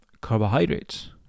carbohydrates